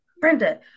Brenda